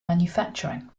manufacturing